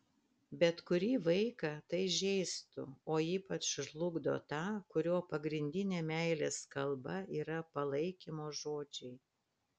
bet kurį vaiką tai žeistų o ypač žlugdo tą kurio pagrindinė meilės kalba yra palaikymo žodžiai